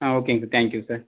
ஆ ஓகேங்க sir thank you sir